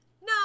no